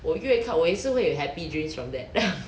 我越看我也是会有 happy dreams from that